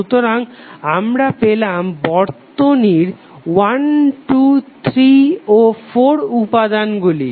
সুতরাং আমরা পেলাম বর্তনীর 123 ও 4 উপাদানগুলি